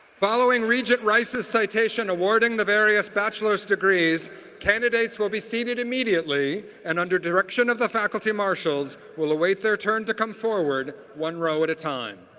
following regent rice's citation awarding the various bachelor's degrees, all candidates will be seated immediately, and under direction of the faculty marshals will await their turn to come forward one row at a time.